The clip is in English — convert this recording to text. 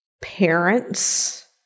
parents